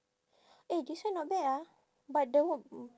eh this one not bad ah but the